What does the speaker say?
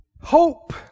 Hope